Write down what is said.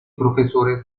profesores